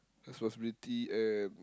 responsibility and